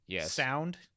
sound